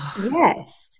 yes